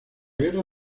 guerra